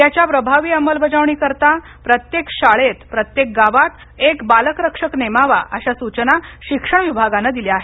याच्या प्रभावी अंमलबजावणीकरीता प्रत्येक शाळेत प्रत्येक गावात एक बालक रक्षक नेमावा अशा सूचना शिक्षण विभागानं दिल्या आहेत